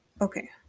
okay